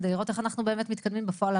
כדי לראות איך אנחנו באמת מתקדמים בפועל,